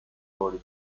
jordan